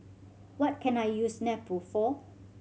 what can I use Nepro for